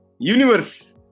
Universe